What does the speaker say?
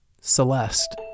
Celeste